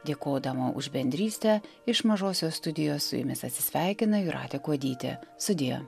dėkodama už bendrystę iš mažosios studijos su jumis atsisveikina jūratė kuodytė sudie